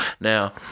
now